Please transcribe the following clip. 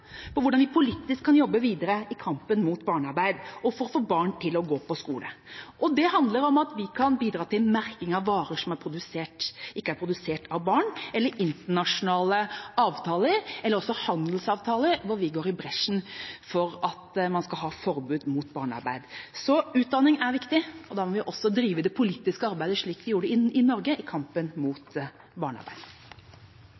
på hvordan vi politisk kan jobbe videre i kampen mot barnearbeid og for å få barn til å gå på skole. Det handler om at vi kan bidra til merking av varer som ikke er produsert av barn, internasjonale avtaler eller handelsavtaler der vi går i bresjen for at man skal ha forbud mot barnearbeid. Utdanning er viktig, og da må vi også drive det politiske arbeidet slik vi gjorde i Norge i kampen mot